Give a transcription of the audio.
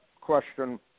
question